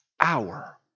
hour